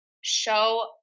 show